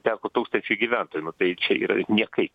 teko tūkstančiui gyventojų nu tai čia yra niekai